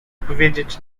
powiedzieć